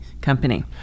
company